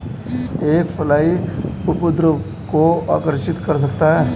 एक फ्लाई उपद्रव को आकर्षित कर सकता है?